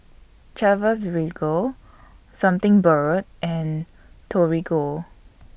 Chivas Regal Something Borrowed and Torigo